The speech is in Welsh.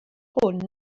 hwn